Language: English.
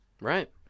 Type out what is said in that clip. Right